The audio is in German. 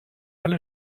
alle